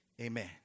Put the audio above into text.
Amen